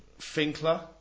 Finkler